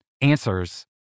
answers